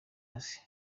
hasi